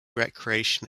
recreation